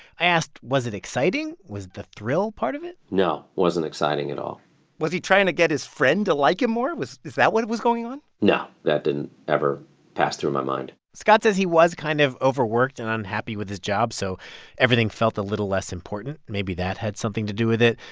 i asked, was it exciting? was the thrill part of it? no wasn't exciting at all was he trying to get his friend to like him more? is that what was going on? no. that didn't ever pass through my mind scott says he was kind of overworked and unhappy with his job, so everything felt a little less important. maybe that had something to do with it.